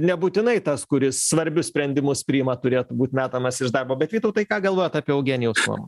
nebūtinai tas kuris svarbius sprendimus priima turėtų būt metamas iš darbo bet vytautai ką galvojat apie eugenijaus nuomonę